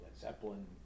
Zeppelin